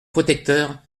protecteur